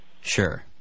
Sure